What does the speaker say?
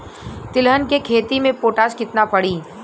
तिलहन के खेती मे पोटास कितना पड़ी?